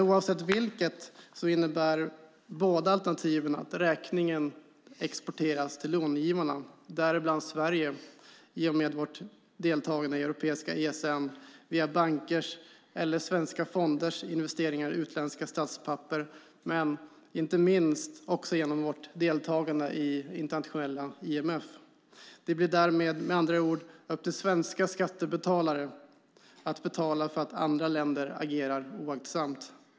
Oavsett vilket innebär dock båda alternativen att räkningen exporteras till långivarna - däribland Sverige, i och med vårt deltagande i europeiska ESN via bankers eller svenska fonders investeringar i utländska statspapper och inte minst genom vårt deltagande i IMF. Det blir med andra ord därmed upp till svenska skattebetalare att betala för att andra länder agerar oaktsamt.